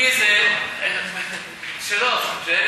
כי זה שלו, של אלי